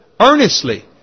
earnestly